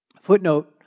footnote